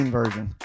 version